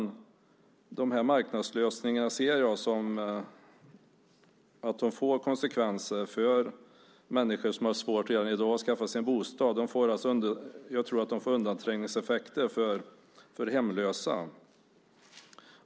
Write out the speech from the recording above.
Jag ser att de här marknadslösningarna får konsekvenser för människor som redan i dag har svårt att skaffa sig en bostad. Jag tror att detta kommer att ge undanträngningseffekter för hemlösa.